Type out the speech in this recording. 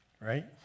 right